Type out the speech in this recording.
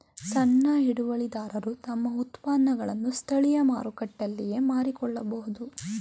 ಸಣ್ಣ ಹಿಡುವಳಿದಾರರು ತಮ್ಮ ಉತ್ಪನ್ನಗಳನ್ನು ಸ್ಥಳೀಯ ಮಾರುಕಟ್ಟೆಯಲ್ಲಿಯೇ ಮಾರಿಕೊಳ್ಳಬೋದು